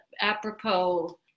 apropos